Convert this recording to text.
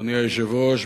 אדוני היושב-ראש,